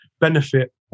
benefit